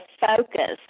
focus